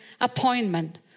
appointment